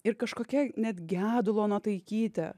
ir kažkokia net gedulo nuotaikyte